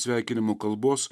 sveikinimo kalbos